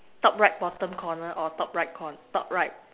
top right bottom corner or top right corn top right